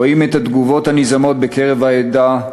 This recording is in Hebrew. רואים את התגובות הנזעמות בקרב העדה,